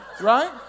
Right